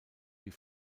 wie